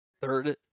third